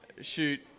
Shoot